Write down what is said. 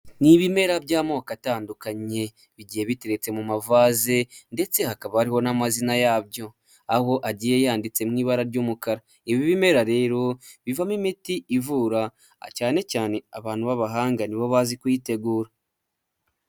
Ni ibimera by'amoko atandukanye bigiye biteretse mu mavaze, ndetse hakaba hariho n'amazina yabyo aho agiye yanditse mu ibara ry'umukara, ibi bimera rero bivamo imiti ivura cyane cyane abantu b'abahanga nibo bazi kuyitegura.